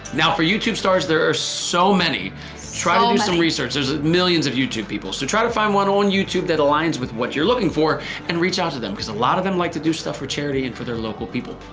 now for youtube stars. there are so many try to do um some research. there's millions of youtube people. so try to find one on youtube that aligns with what you're looking for and reach out to them because a lot of them like to do stuff for charity and for their local people.